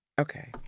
Okay